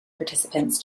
participants